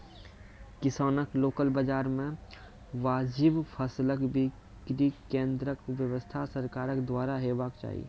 किसानक लोकल बाजार मे वाजिब फसलक बिक्री केन्द्रक व्यवस्था सरकारक द्वारा हेवाक चाही?